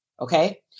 okay